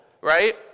Right